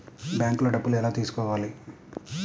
బ్యాంక్లో డబ్బులు ఎలా తీసుకోవాలి?